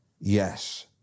yes